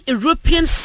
European